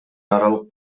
аралык